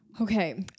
Okay